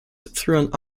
through